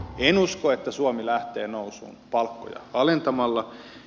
en usko että suomi lähtee nousuun palkkoja alentamalla